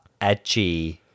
edgy